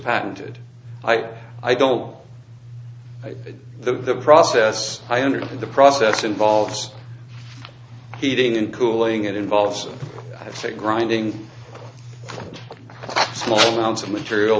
patented ike i don't know the process i understand the process involves heating and cooling it involves grinding small amounts of material